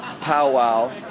powwow